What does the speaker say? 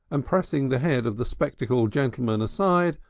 and pressing the head of the spectacled gentleman aside,